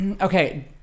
okay